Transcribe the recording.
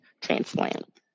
transplant